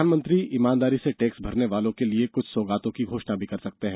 प्रधानमंत्री ईमानदारी से टैक्स भरने वालों के लिए कुछ सौगातों की घोषणा भी कर सकते हैं